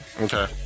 Okay